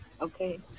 okay